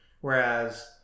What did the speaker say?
Whereas